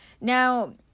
Now